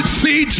see